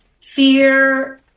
fear